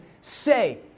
say